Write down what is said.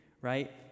right